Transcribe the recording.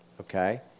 Okay